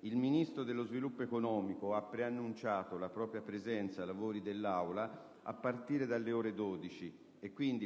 il Ministro dello sviluppo economico ha preannunciato la propria presenza ai lavori dell'Assemblea a partire dalle ore 12: